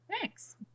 Thanks